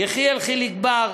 יחיאל חיליק בר,